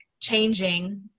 changing